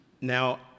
Now